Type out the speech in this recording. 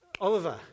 Oliver